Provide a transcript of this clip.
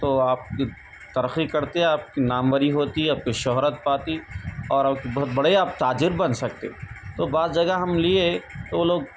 تو آپ ترقی کرتے آپ کی ناموری ہوتی آپ کو شہرت پاتی اور بہت بڑے آپ تاجر بن سکتے تو بعض جگہ ہم لیے تو وہ لوگ